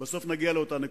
בסוף נגיע לאותה נקודה.